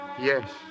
Yes